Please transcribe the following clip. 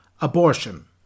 Abortion